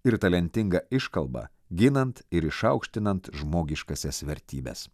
ir talentingą iškalbą ginant ir išaukštinant žmogiškąsias vertybes